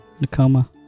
Nakoma